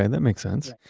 and that makes sense.